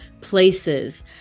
places